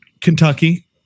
Kentucky